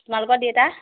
তোমালোকৰ দেউতা